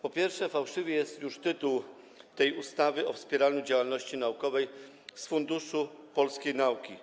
Po pierwsze, fałszywy jest już tytuł tej ustawy: o wspieraniu działalności naukowej z Funduszu Polskiej Nauki.